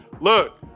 Look